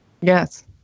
Yes